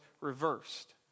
reversed